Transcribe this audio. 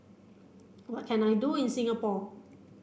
what can I do in Singapore